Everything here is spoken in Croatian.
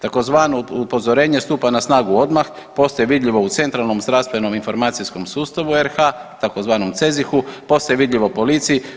Takozvano upozorenje stupa na snagu odmah, postaje vidljivo u centralnom zdravstvenom informacijskom sustavu RH, tzv. CEZIH-u, postaje vidljivo policiji.